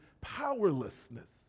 powerlessness